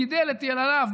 גידל את ילדיו,